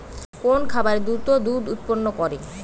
কোন খাকারে দ্রুত দুধ উৎপন্ন করে?